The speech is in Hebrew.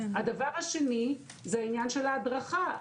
הדבר השני, זה העניין של ההדרכה.